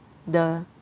the